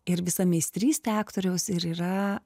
ir visa meistrystė aktoriaus ir yra